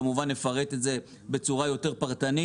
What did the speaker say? כמובן שנפרט את זה בצורה יותר פרטנית,